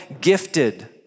gifted